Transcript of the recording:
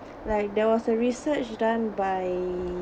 like there was a research done by